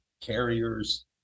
carriers